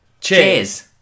Cheers